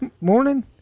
morning